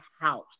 House